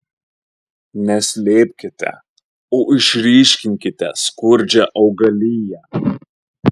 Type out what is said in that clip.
ne slėpkite o išryškinkite skurdžią augaliją